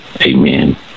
Amen